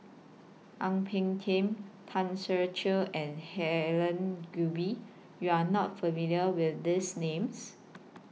Ang Peng Tiam Tan Ser Cher and Helen Gilbey YOU Are not familiar with These Names